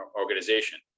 organization